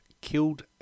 killed